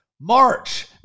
March